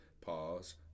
pause